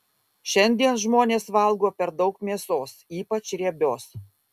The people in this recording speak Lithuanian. šiandien žmonės valgo per daug mėsos ypač riebios